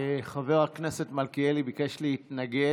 חבר הכנסת מלכיאלי ביקש להתנגד.